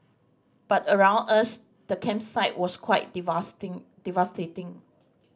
but around us the campsite was quite devastating